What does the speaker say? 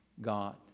God